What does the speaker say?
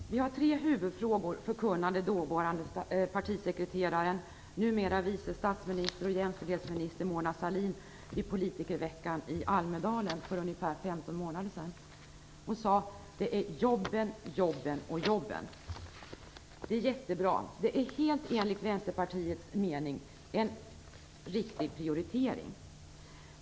Fru talman! Vi har tre huvudfrågor, förkunnade dåvarande partisekreteraren, numera vice statsminister och jämställdhetsministern Mona Sahlin, vid politikerveckan i Almedalen för ungefär 15 månader sedan. Hon sade: Det är jobben, jobben och jobben! Det är bra. Det är enligt vänsterpartiets mening en helt riktig prioritering.